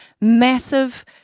massive